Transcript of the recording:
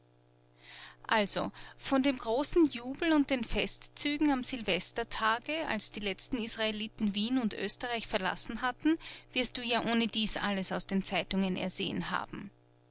also von dem großen jubel und den festzügen am silvestertage als die letzten israeliten wien und oesterreich verlassen hatten wirst du ja ohnedies alles aus den zeitungen ersehen haben